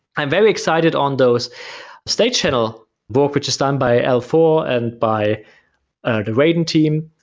i'm very excited on those state channel but which is done by elfor and by the raiding team.